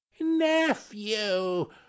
nephew